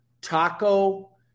taco